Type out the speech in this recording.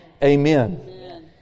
Amen